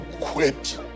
quit